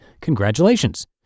congratulations